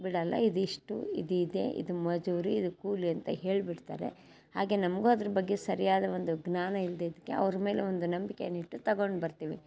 ಬಿಡೋಲ್ಲ ಇದಿಷ್ಟು ಇದು ಇದೆ ಇದು ಮಜೂರಿ ಇದು ಕೂಲಿ ಅಂತ ಹೇಳ್ಬಿಡ್ತಾರೆ ಹಾಗೆ ನಮಗೂ ಅದ್ರ ಬಗ್ಗೆ ಸರಿಯಾದ ಒಂದು ಜ್ಞಾನ ಇಲ್ಲದಿದ್ಕೆ ಅವ್ರ ಮೇಲೆ ಒಂದು ನಂಬಿಕೆಯನ್ನಿಟ್ಟು ತಗೊಂಡು ಬರ್ತೀವಿ